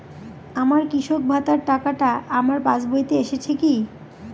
আমার কৃষক ভাতার টাকাটা আমার পাসবইতে এসেছে কি?